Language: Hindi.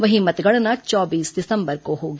वहीं मतगणना चौबीस दिसंबर को होगी